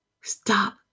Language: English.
Stop